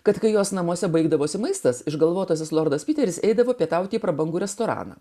kad kai jos namuose baigdavosi maistas išgalvotasis lordas piteris eidavo pietauti į prabangų restoraną